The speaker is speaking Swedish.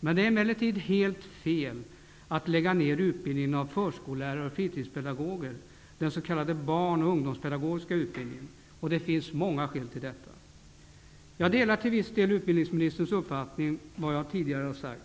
Det är emellertid helt fel att lägga ner utbildningen av förskollärare och fritidspedagoger, den s.k. barn och ungdomspedagogiska utbildningen. Det finns många skäl till detta. Jag delar utbildningsministerns uppfattning i fråga om vad jag tidigare har sagt.